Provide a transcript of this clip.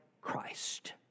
Christ